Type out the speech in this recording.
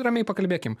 ramiai pakalbėkim